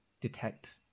detect